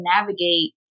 navigate